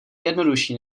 jednodušší